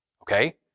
okay